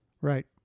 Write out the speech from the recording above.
Right